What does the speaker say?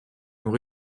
nous